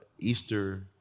Easter